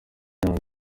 iranga